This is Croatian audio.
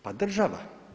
Pa država.